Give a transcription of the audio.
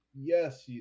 Yes